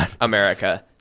america